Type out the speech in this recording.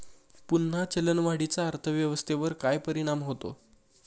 पुन्हा चलनवाढीचा अर्थव्यवस्थेवर काय परिणाम होतो